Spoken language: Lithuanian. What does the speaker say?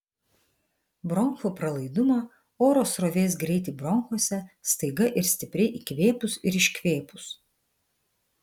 bronchų pralaidumą oro srovės greitį bronchuose staiga ir stipriai įkvėpus ir iškvėpus